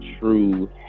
true